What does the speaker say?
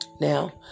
Now